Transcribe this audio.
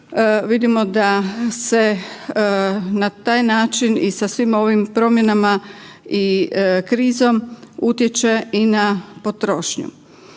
vidimo da se na taj način i sa svim ovim promjenama i sa krizom utječe i na potrošnju.